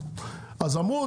אז אמרו,